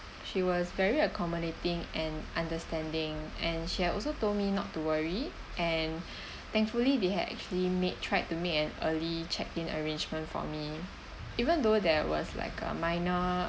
she was very accommodating and understanding and she had also told me not to worry and thankfully they had actually made tried to make an early check in arrangement for me even though there was like a minor